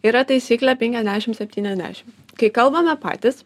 yra taisyklė penkiasdešim septyniasdešim kai kalbame patys